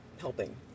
helping